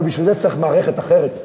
אבל בשביל זה צריך מערכת אחרת.